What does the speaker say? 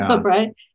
Right